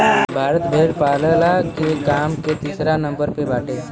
भारत भेड़ पालला के काम में तीसरा नंबर पे बाटे